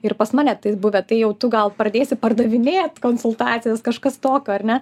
ir pas mane tais buvę tai jau tu gal pradėsi pardavinėt konsultacijas kažkas tokio ar ne